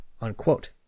unquote